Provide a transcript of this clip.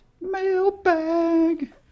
Mailbag